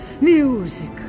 Music